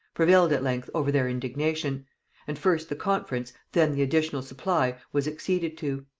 prevailed at length over their indignation and first the conference, then the additional supply, was acceded to.